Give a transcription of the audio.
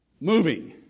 moving